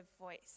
voice